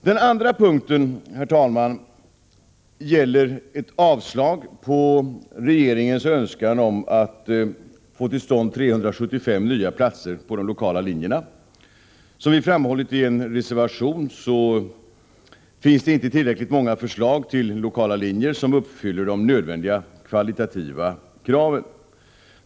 Den andra punkten, herr talman, gäller avslag på regeringens önskan att få till stånd 375 nya platser på de lokala linjerna. Som vi framhållit i en reservation finns det inte tillräckligt många förslag till lokala linjer som uppfyller de nödvändiga kvalitativa kraven.